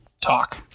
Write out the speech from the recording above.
talk